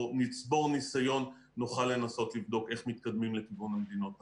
או נצבור ניסיון ונוכל לנסות לבדוק איך מתקדמים לכיוון המדינות האחרות.